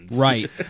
right